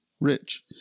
rich